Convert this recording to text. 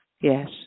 yes